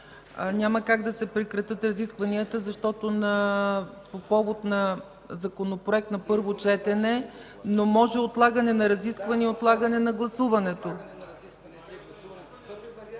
няма как да се прекратят разискванията, защото е по повод на законопроект на първо четене, но може отлагане на разисквания, отлагане на гласуването.